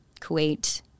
Kuwait